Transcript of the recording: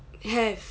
have